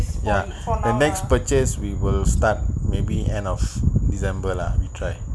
ya for the next purchase we will start maybe end of december lah we try